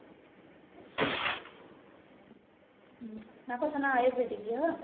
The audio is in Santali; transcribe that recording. ᱦᱩᱸ ᱚᱱᱟ ᱠᱚ ᱥᱟᱱᱟᱢ ᱟᱭᱩᱨᱵᱮᱫᱤᱠ ᱜᱮ ᱵᱟᱝ